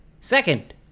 Second